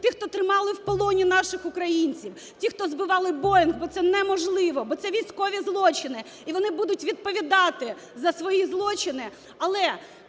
ті, хто тримали в полоні наших українців, ті, хто збивали "Боїнг", бо це неможливо, бо це військові злочини, і вони будуть відповідати за свої злочини.